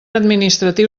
administratiu